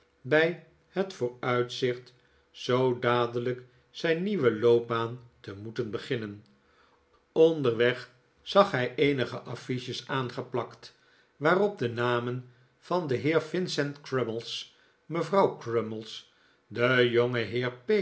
bij het vooruitzicht zoo dadelijk zijn nieuwe loopbaan te moeten beginnen onderweg zag hij eenige affiches aangeplakt waarop de namen van den heer vincent crummies mevrouw crummies den